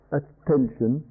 attention